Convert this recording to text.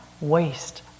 waste